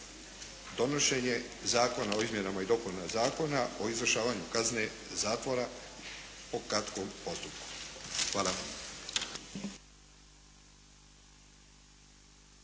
donošenje Zakona o izmjenama i dopunama Zakona o izvršavanju kazne zatvora po kratkom postupku. Hvala.